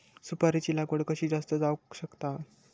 सुपारीची लागवड कशी जास्त जावक शकता?